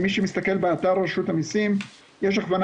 מי שמסתכל באתר רשות המסים יש הכוונה